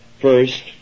first